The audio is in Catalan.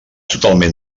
totalment